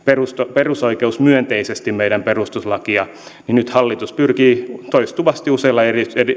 perusoikeusmyönteisesti meidän perustuslakiamme niin nyt hallitus pyrkii toistuvasti useilla